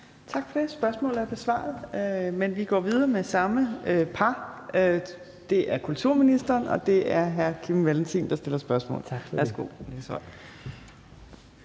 Tak for det. Spørgsmålet er besvaret. Men vi går videre med samme par, og det er kulturministeren, og så er det Kim Valentin, der stiller spørgsmål. Kl. 19:11